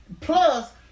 plus